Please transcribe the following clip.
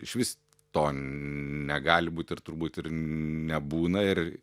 išvis to negali būt ir turbūt ir nebūna ir